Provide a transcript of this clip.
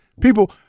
People